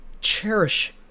cherish